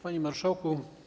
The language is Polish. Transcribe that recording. Panie Marszałku!